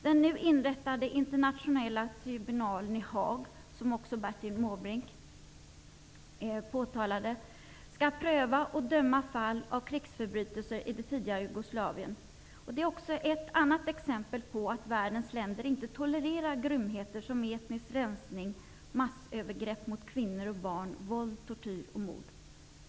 Den nu inrättade internationella tribunalen i Haag, som även Bertil Måbrink påtalade, skall pröva och döma fall av krigsförbrytelser i det tidigare Jugoslavien. Det är ett annat exempel på att världens länder inte tolererar grymheter som etnisk rensning, massövergrepp mot kvinnor och barn, våld, tortyr och mord.